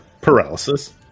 paralysis